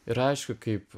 ir aišku kaip